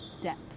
depth